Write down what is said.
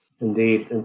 Indeed